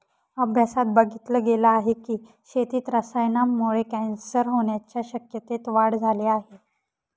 अभ्यासात बघितल गेल आहे की, शेतीत रसायनांमुळे कॅन्सर होण्याच्या शक्यतेत वाढ झाली आहे